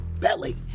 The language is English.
belly